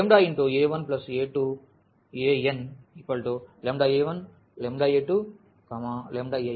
a1a2ana1a2an R